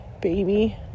baby